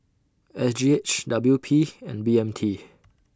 S G H W P and B M T